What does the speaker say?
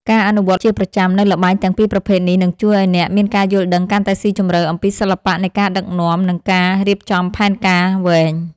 ការអនុវត្តជាប្រចាំនូវល្បែងទាំងពីរប្រភេទនេះនឹងជួយឱ្យអ្នកមានការយល់ដឹងកាន់តែស៊ីជម្រៅអំពីសិល្បៈនៃការដឹកនាំនិងការរៀបចំផែនការវែង។